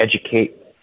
educate